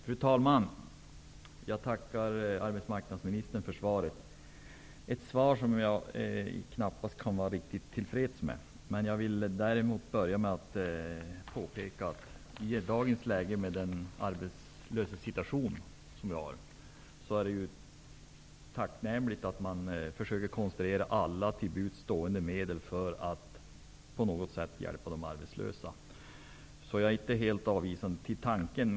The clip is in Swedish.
Fru talman! Jag tackar arbetsmarknadsministern för svaret, som jag knappast kan vara riktigt till freds med. Jag vill dock börja med att påpeka att det i dagens arbetslöshetssituation är tacknämligt att man försöker begagna alla till buds stående medel för att på något sätt hjälpa de arbetslösa. Så jag är inte helt avvisande till tanken.